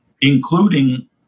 including